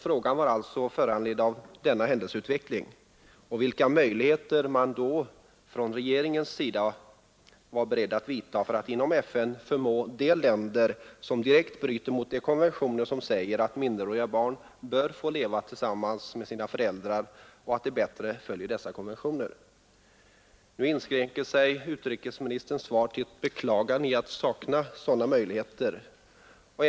Frågan var alltså föranledd av denna händelseutveckling och avsåg vilka möjligheter regeringen var beredd att vidta för att inom FN förmå länder, som direkt bryter mot de konventioner där det uttalas att minderåriga barn bör få leva tillsammans med sina föräldrar, att bättre följa dessa konventioner. Nu inskränker sig utrikesministerns svar till ett beklagande av att sådana möjligheter saknas.